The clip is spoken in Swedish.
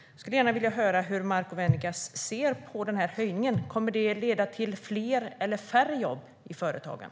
Hur ser Marco Venegas på höjningen? Kommer den att leda till fler eller färre jobb i företagen?